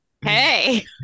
Hey